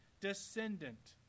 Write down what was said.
descendant